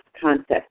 concept